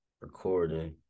recording